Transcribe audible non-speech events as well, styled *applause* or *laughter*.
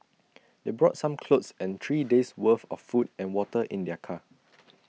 *noise* they brought some clothes and three days' worth of food and water in their car *noise*